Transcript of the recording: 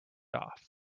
off